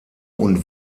und